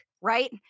right